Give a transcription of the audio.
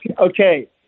okay